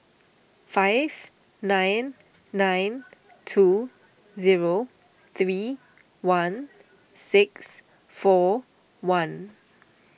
five nine nine two zero three one six four one